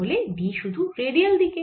তাহলে D শুধু radial দিকে